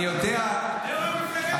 אני יודע --- יו"ר המפלגה שלך,